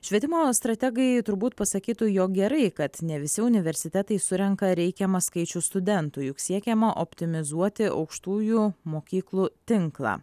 švietimo strategai turbūt pasakytų jog gerai kad ne visi universitetai surenka reikiamą skaičių studentų juk siekiama optimizuoti aukštųjų mokyklų tinklą